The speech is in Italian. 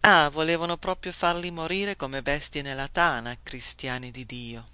ah volevano proprio farli morire come bestie nella tana cristiani di dio